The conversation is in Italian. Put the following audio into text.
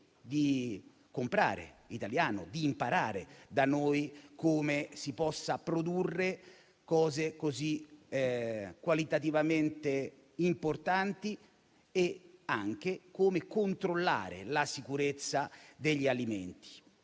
di comprare italiano e di imparare da noi come si possano produrre cose così qualitativamente importanti e anche come controllare la sicurezza degli alimenti.